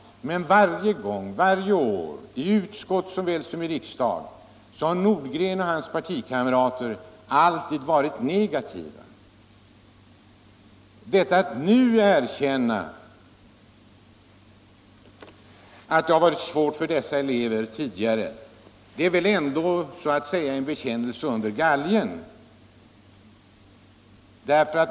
Varje år, såväl i utskott som i riksdag, har emellertid herr Nordgren och hans partikamrater varit negativa. Att nu medge att det har varit svårt för dessa elever tidigare är väl ändå så att säga en bekännelse under galgen.